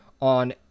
on